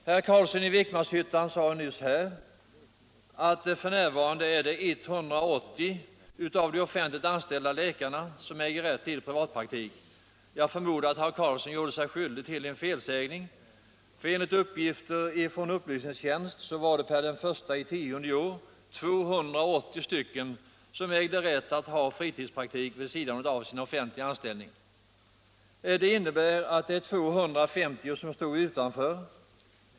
Herr Carlsson i Vikmanshyttan sade nyss att 180 av de offentliganställda läkarna f. n. äger rätt till privatpraktik. Jag förmodar att herr Carlsson gjorde sig skyldig till en felsägning. Enligt uppgifter från upplysningstjänsten ägde 1 oktober i år 280 läkare rätt att bedriva fritidspraktik vid sidan av sin offentliga anställning. Det innebär att 250 läkare står utanför.